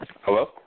Hello